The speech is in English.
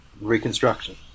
reconstruction